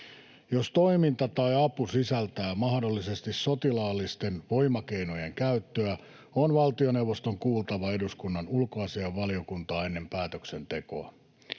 Jos toiminta tai apu sisältää mahdollisesti sotilaallisten voimakeinojen käyttöä, on valtioneuvoston kuultava eduskunnan ulkoasiainvaliokuntaa ennen päätöksentekoa.